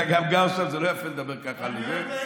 גם אתה גר שם, זה לא יפה לדבר ככה עליה.